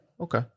Okay